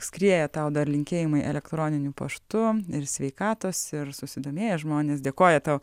skrieja tau dar linkėjimai elektroniniu paštu ir sveikatos ir susidomėję žmonės dėkoja tau